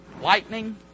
Lightning